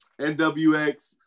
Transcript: NWX